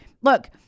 Look